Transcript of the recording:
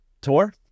tour